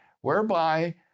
whereby